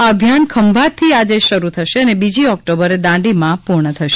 આ અભિયાન ખંભાત થી આજે શરૂ થશે અને બીજી ઓક્ટોબર દાંડીમાં પૂર્ણ થશે